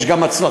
יש גם הצלחות,